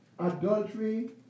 adultery